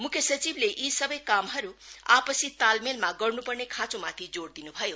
मुख्य सचिवले यी सबै कामहरू आपसी तालमेलमा गर्नुपर्ने खाँचो माथि जोड दिन् भयो